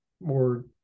more